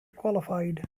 qualified